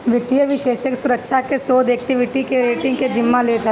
वित्तीय विषेशज्ञ सुरक्षा के, शोध के, एक्वीटी के, रेटींग के जिम्मा लेत हवे